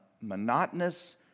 monotonous